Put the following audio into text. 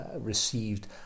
received